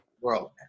World